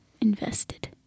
invested